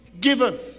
given